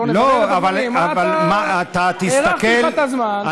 לא, אבל תסתכל, הארכתי לך את הזמן.